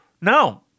no